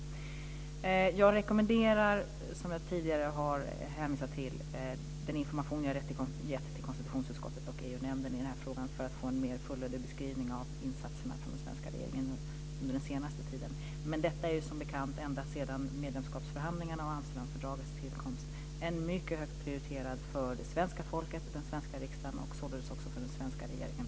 Jag rekommenderar den information som jag har gett till konstitutionsutskottet och EU-nämnden i frågan, som jag tidigare har hänvisat till, för en mer fullödig beskrivning av insatserna från den svenska regeringen under den senaste tiden. Detta är som bekant ända sedan medlemskapsförhandlingarna och Amsterdamfördragets tillkomst en mycket högt prioriterad fråga för det svenska folket, den svenska riksdagen och således också för den svenska regeringen.